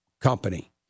company